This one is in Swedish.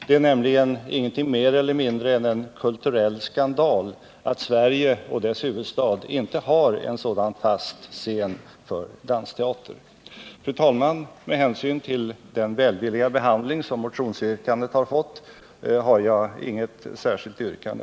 Det är nämligen ingenting mer eller mindre än en kulturell skandal att Sverige och dess huvudstad inte har en fast scen för dansteater. Fru talman! Med hänsyn till den välvilliga behandling som motionen har fått har jag inget särskilt yrkande.